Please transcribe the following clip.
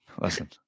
Listen